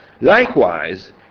Likewise